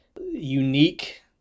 unique